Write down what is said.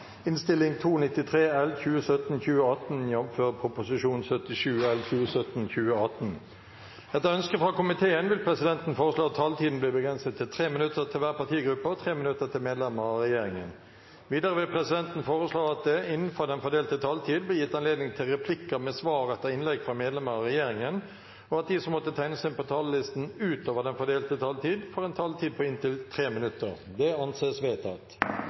vil presidenten foreslå at det – innenfor den fordelte taletid – blir gitt anledning til replikker med svar etter innlegg fra medlemmer av regjeringen, og at de som måtte tegne seg på talerlisten utover den fordelte taletid, får en taletid på inntil 3 minutter. – Det anses vedtatt.